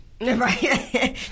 Right